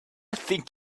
think